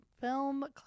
film